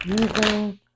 using